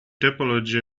topology